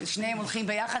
שניהם הולכים יחד,